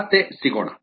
ಮತ್ತೆ ಸಿಗೋಣ